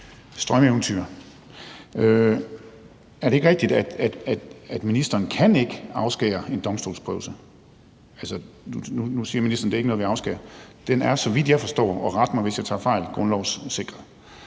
strømeventyr. Er det ikke rigtigt, at ministeren ikke kan afskære muligheden for en domstolsprøvelse? Nu siger ministeren, at det ikke er noget, de gør. Den er, så vidt jeg forstår, og ret mig, hvis jeg tager fejl, grundlovssikret.